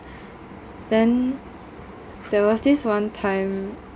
then there was this one time